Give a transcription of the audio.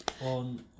on